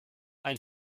ein